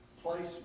place